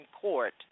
court